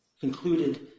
concluded